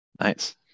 Nice